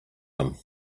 him